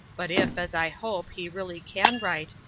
but if, as i hope, he really can write,